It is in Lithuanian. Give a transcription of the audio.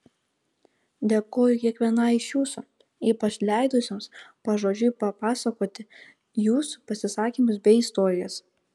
dėkoju kiekvienai iš jūsų ypač leidusioms pažodžiui papasakoti jūsų pasisakymus bei istorijas